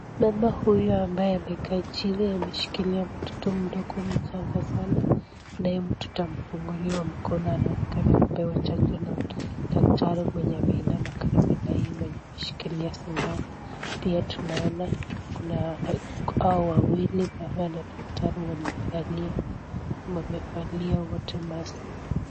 Mama huyu ambaye amekaa chini ameshikilia mtoto mdogo mchanga sana, naye mtoto amefunguliwa mkono anaonekana kupewa chanjo na daktari mwenye ameinama karibu na yeye mwenye ameshikilia sindano. Pia tunaona kuna hao wawili mama na daktari wamevalia wote maski.